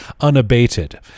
unabated